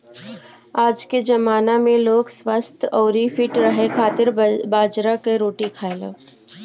आजके जमाना में लोग स्वस्थ्य अउरी फिट रहे खातिर बाजरा कअ रोटी खाएला